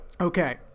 Okay